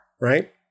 right